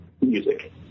music